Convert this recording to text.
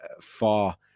far